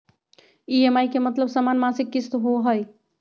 EMI के मतलब समान मासिक किस्त होहई?